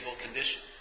condition